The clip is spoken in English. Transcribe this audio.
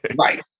Right